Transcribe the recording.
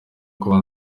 kuba